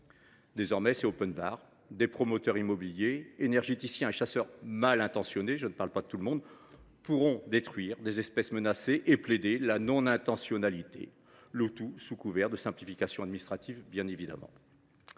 Désormais, c’est : des promoteurs immobiliers, énergéticiens et chasseurs malintentionnés – je n’inclus pas tout le monde – pourront détruire des espèces menacées et plaider la non intentionnalité, le tout sous couvert de « simplification administrative », bien évidemment.